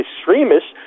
extremists